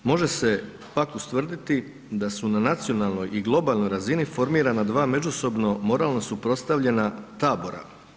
Može se pak ustvrditi da su na nacionalnoj i globalnoj razini formirana dva međusobno moralno suprotstavljena tabora.